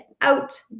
out